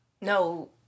No